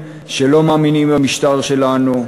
שלא מאמינים במשטר שלנו,